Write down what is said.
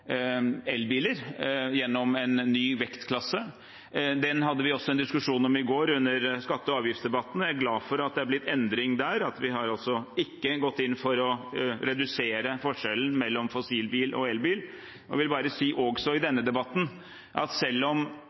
elbiler gjennom en ny vektklasse. Det hadde vi også en diskusjon om i går under skatte- og avgiftsdebatten, og jeg er glad for at det har blitt endring der, og at vi ikke har gått inn for å redusere forskjellen mellom fossilbiler og elbiler. Jeg vil si også i denne debatten at selv om